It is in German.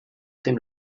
dem